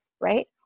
right